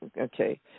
okay